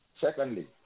Secondly